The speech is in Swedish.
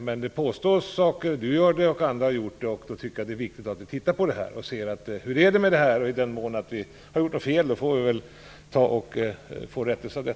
Men både Juan Fonseca och andra har gjort påståenden i detta sammanhang, och jag tycker därför att det är viktigt att vi undersöker detta. Har vi gjort något fel, får vi rätta till det.